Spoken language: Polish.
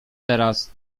teraz